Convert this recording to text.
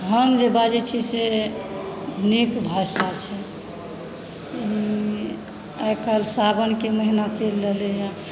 हम जे बाजय छी से नीक भाषा छै आइकाल्हि सावनके महिना चलि रहलै यऽ